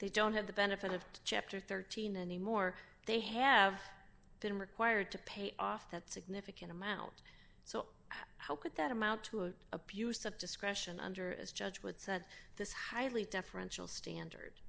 they don't have the benefit of chapter thirteen anymore they have been required to pay off that significant amount so how could that amount to an abuse of discretion under as judge with said this highly deferential standard